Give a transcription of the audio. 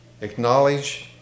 Acknowledge